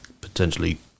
potentially